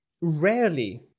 Rarely